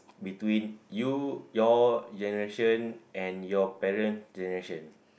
between you your generation and your parent generation